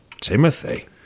Timothy